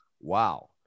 Wow